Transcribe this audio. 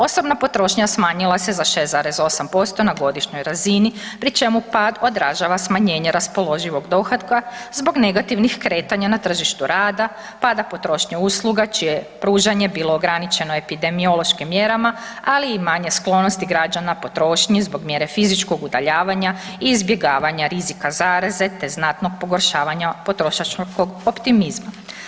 Osobna potrošnja smanjila se za 6,8% na godišnjoj razini pri čemu pad održava smanjenje raspoloživih dohotka zbog negativnih kretanja na tržištu rada, pada potrošnje usluga čije je oružanje bilo ograničeno epidemiološkim mjerama ali i manje sklonosti građana potrošnji zbog mjere fizičkog udaljavanja i izbjegavanja rizika zaraze te znatnog pogoršavanje potrošačkog optimizma.